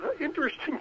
interesting